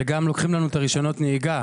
וגם לוקחים לנו את רישיונות הנהיגה,